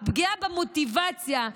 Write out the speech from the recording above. הפגיעה במוטיבציה,